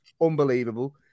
unbelievable